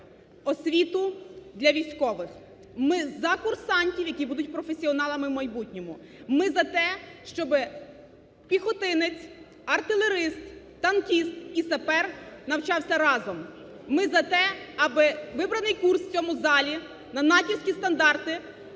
освіту для військових, ми за курсантів, які будуть професіоналами в майбутньому. Ми за те, щоб піхотинець, артилерист, танкіст і сапер навчався разом. Ми за те, аби вибраний курс в цьому залі на натівські стандарти